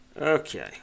Okay